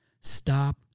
Stop